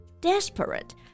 Desperate